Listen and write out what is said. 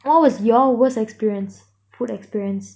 what was your worst experience food experience